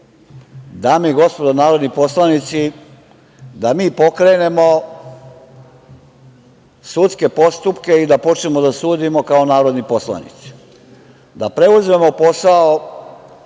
dame i gospodo narodni poslanici, da mi pokrenemo sudske postupke i da počnemo da sudimo kao narodni poslanici, da preuzmemo posao